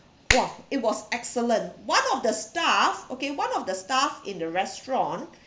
!wah! it was excellent one of the staff okay one of the staff in the restaurant